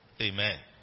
Amen